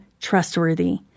trustworthy